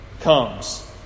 comes